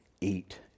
eat